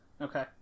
Okay